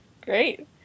great